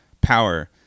power